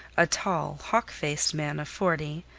a tall, hawk-faced man of forty,